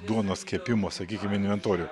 duonos kepimo sakykim inventorių